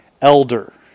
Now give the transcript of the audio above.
elder